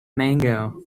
mango